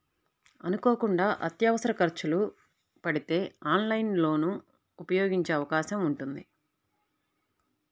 అనుకోకుండా అత్యవసర ఖర్చులు పడితే ఆన్లైన్ లోన్ ని ఉపయోగించే అవకాశం ఉంటుంది